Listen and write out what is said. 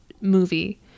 movie